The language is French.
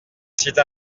site